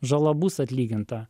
žala bus atlyginta